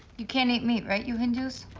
you can't eat meat, right? you hindus?